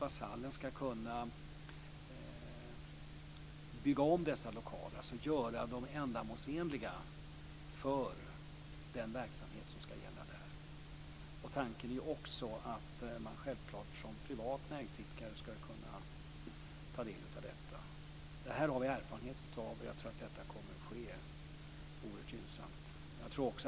Vasallen ska kunna bygga om dessa lokaler, dvs. göra dem ändamålsenliga för den verksamhet som ska bedrivas där. Tanken är också att man som privat näringsidkare ska kunna ta del av detta. Det här har vi erfarenhet av, och jag tror att det kommer att bli oerhört gynnsamt.